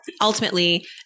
Ultimately